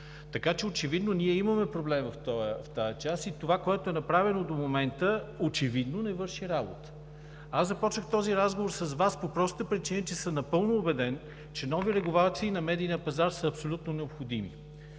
граница“. Очевидно ние имаме проблем в тази част и това, което е направено до момента, очевидно не върши работа. Започнах този разговор с Вас по простата причина, че съм напълно убеден, че нови регулации на медийния пазар са абсолютно необходими.